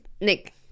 Nick